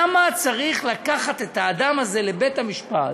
למה צריך לקחת את האדם הזה לבית-המשפט